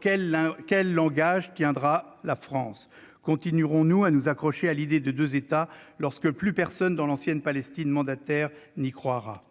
quel langage tiendra la France ? Continuerons-nous à nous accrocher à l'idée de deux États, lorsque plus personne dans l'ancienne Palestine mandataire n'y croira ?